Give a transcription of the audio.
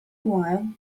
while